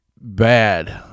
bad